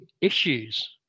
issues